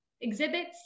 exhibits